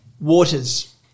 Waters